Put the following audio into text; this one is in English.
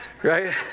right